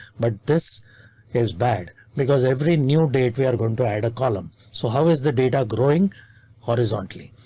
but this is bad because every new date we are going to add a column. so how is the data growing horizontally?